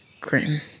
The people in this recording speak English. grim